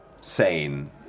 sane